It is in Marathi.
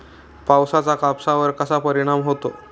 पावसाचा कापसावर कसा परिणाम होतो?